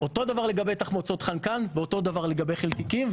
אותו דבר לגבי תחמוצות חנקן ואותו דבר לגבי חלקיקים,